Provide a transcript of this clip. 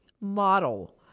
model